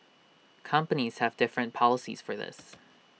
companies have different policies for this